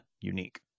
unique